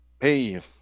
Hey